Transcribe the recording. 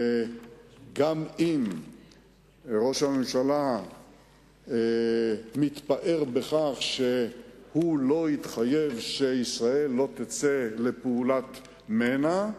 וגם אם ראש הממשלה מתפאר בכך שהוא לא התחייב שישראל לא תצא לפעולת מנע,